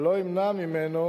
ולא ימנע ממנו